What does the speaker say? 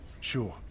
Sure